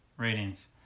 ratings